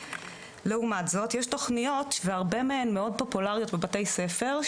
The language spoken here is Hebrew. לעומת זאת יש תוכניות והרבה מהן מאוד פופולריות בבתי ספר,